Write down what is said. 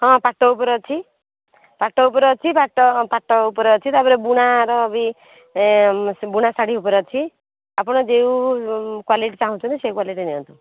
ହଁ ପାଟ ଉପରେ ଅଛି ପାଟ ଉପରେ ଅଛି ପାଟ ପାଟ ଉପରେ ଅଛି ତା'ପରେ ବୁଣାର ବି ସେ ବୁଣା ଶାଢ଼ୀ ଉପରେ ଅଛି ଆପଣ ଯେଉଁ କ୍ୱାଲିଟି ଚାହୁଁଛନ୍ତି ସେହି କ୍ୱାଲିଟି ନିଅନ୍ତୁ